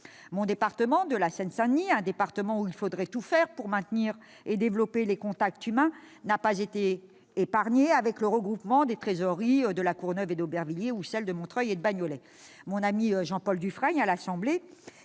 Mon département, la Seine-Saint-Denis, où il faudrait tout faire pour maintenir et développer les contacts humains, n'a pas été épargné, avec le regroupement des trésoreries de La Courneuve et d'Aubervilliers ou de Montreuil et de Bagnolet. Mon ami Jean-Paul Dufrègne signalait,